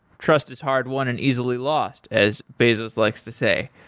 trust is hard-won and easily lost as bezos likes to say.